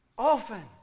often